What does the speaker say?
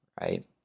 right